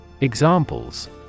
Examples